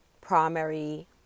primary